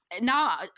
Now